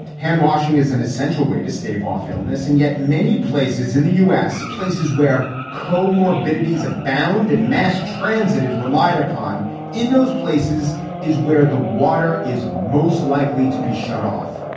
handwashing is an essential way to stave off illness. and yet many places in the u s, places where comorbidities abound and mass transit is relied upon in those places is where the water is most likely to be shut off.